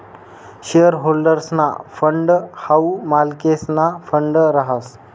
share होल्डर्सना fund हाऊ मालकेसना फंड रहास